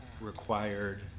required